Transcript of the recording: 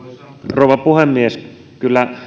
rouva puhemies kyllä